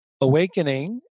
Awakening